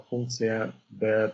funkciją bet